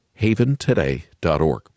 haventoday.org